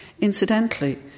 Incidentally